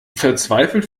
verzweifelt